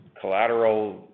collateral